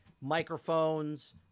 microphones